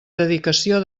dedicació